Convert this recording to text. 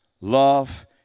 love